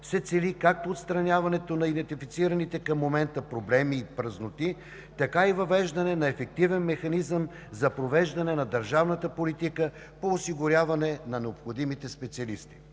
се цели както отстраняването на идентифицираните към момента проблеми и празноти, така и въвеждане на ефективен механизъм за провеждане на държавната политика по осигуряване на необходимите специалисти.